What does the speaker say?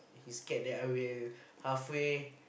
he scared that I will halfway